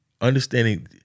understanding